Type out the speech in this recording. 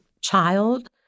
child